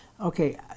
Okay